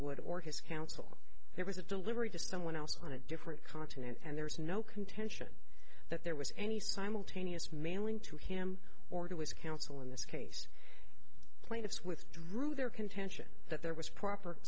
wood or his counsel there was a delivery to someone else on a different continent and there was no contention that there was any simultaneous mailing to him or to his counsel in this case plaintiffs withdrew their contention that there was proper